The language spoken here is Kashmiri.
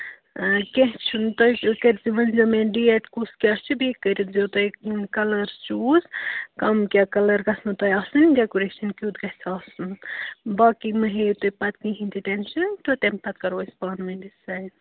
آ کیٚنٛہہ چھُنہٕ تُہۍ کٔرۍ زیو ؤنۍ زیٚو مےٚ ڈیٹ کُس کیٛاہ چھِ بیٚیہِ کٔرِتھ زیٚو تُہۍ کَلٲرٕس چوٗز کَم کیٛاہ کَلَر گَژھنو تۄہہِ آسٕنۍ ڈیکُریشَن کیُتھ گژھِ آسُن باقٕے مہ ہیِو تُہۍ پَتہٕ کِہیٖنۍ تہِ ٹٮ۪نشَن تہٕ تَمہِ پَتہٕ کَرو أسۍ پانہٕ ؤنۍ ڈِسایِڈ